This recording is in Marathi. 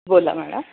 बोला मॅडम